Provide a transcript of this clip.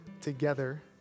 together